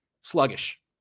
Sluggish